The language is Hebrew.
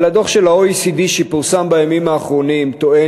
אבל הדוח של ה-OECD שפורסם בימים האחרונים טוען